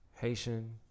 Haitian